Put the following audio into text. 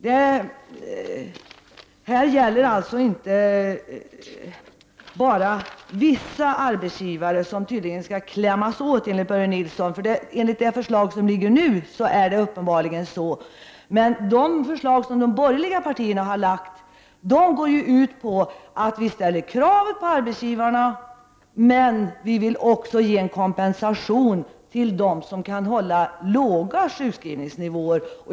Det gäller alltså inte bara vissa arbetsgivare, som tydligen skall klämmas åt. Enligt det förslag som nu föreligger är det så, men de förslag som de borgerliga partierna har framlagt går ut på att vi ställer krav på arbetsgivarna, men vi vill också ge kompensation till dem som kan hålla låga sjukskrivningsnivåer.